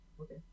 okay